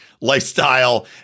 lifestyle